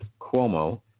Cuomo